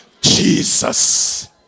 Jesus